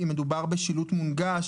אם מדובר בשילוט מונגש